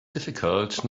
difficult